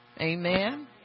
amen